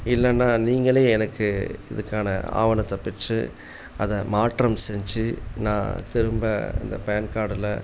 இல்லைன்னா நீங்களே எனக்கு இதுக்கான ஆவணத்தைப் பெற்று அதை மாற்றம் செஞ்சு நான் திரும்ப அந்த பான் கார்டில்